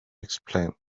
explain